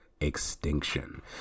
extinction